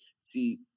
See